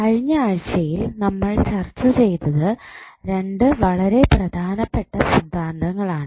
കഴിഞ്ഞ ആഴ്ചയിൽ നമ്മൾ ചർച്ച ചെയ്തത് 2 വളരെ പ്രധാനപ്പെട്ട സിദ്ധാന്തങ്ങളാണ്